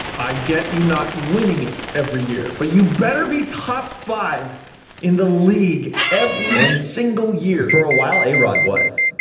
i get you not winning it every year but you better be top five in the league every single year. for a while a-rod was.